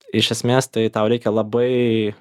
iš esmės tai tau reikia labai